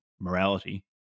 morality